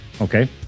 Okay